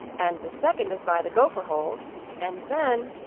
and the second is by the gopher holes and then